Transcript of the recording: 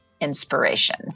inspiration